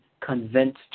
convinced